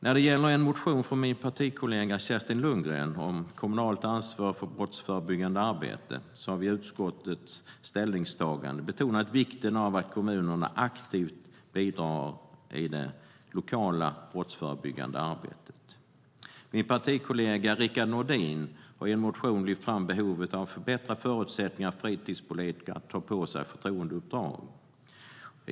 När det gäller en motion från min partikollega Kerstin Lundgren om kommunalt ansvar för brottsförebyggande arbete har vi i utskottets ställningstagande betonat vikten av att kommunerna aktivt bidrar i det lokala brottsförebyggande arbetet. Min partikollega Rickard Nordin har i en motion lyft fram behovet av att förbättra förutsättningarna för fritidspolitiker att ta på sig förtroendeuppdrag.